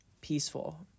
peaceful